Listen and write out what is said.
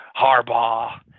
Harbaugh